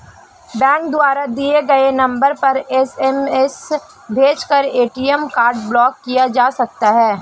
bank द्वारा दिए गए नंबर पर एस.एम.एस भेजकर ए.टी.एम कार्ड ब्लॉक किया जा सकता है